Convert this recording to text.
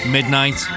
Midnight